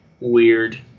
weird